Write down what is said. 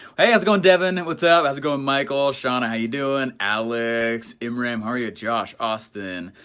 hey, how's it going, devon? what's up, how's it going michael, shawna, how you doing? alex, imraim, how are you? josh, austin.